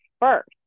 first